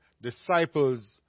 Disciples